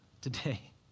today